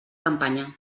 campanya